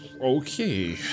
Okay